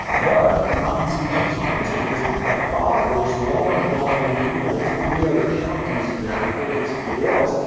but not in species like this. because the father is long gone and you know three other counties there, courting somebody else.